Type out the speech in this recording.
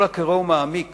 כל הקורא ומעמיק